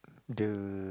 the